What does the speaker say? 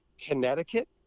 Connecticut